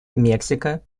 мексика